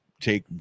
take